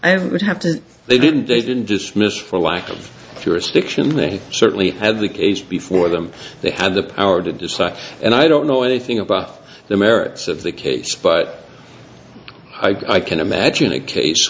to they didn't they didn't dismiss for lack of jurisdiction they certainly have the case before them they have the power to decide and i don't know anything about the merits of the case but i can imagine a ca